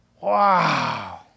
wow